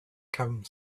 come